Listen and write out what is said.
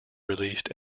released